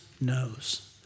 knows